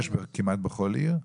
יש כמעט בכל עיר?